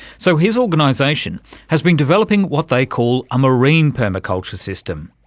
so his organisation has been developing what they call a marine permaculture system.